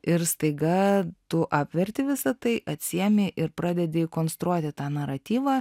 ir staiga tu apverte visą tai atsiėmi ir pradedi konstruoti tą naratyvą